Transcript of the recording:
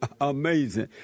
Amazing